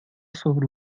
sobre